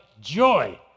joy